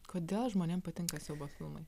kodėl žmonėm patinka siaubo filmai